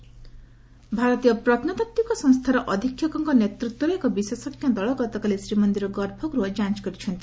ଶ୍ରୀମ ଭାରତୀୟ ପ୍ରତ୍ନତାତ୍ୱିକ ସଂସ୍ଥାର ଅଧିକ୍ଷକଙ୍କ ନେତୃତ୍ୱରେ ଏକ ବିଶେଷଙ୍କ ଦଳ ଗତକାଲି ଶ୍ରୀମନ୍ଦିର ଗର୍ଭଗୃହ ଯାଞ କରିଛନ୍ତି